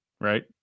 right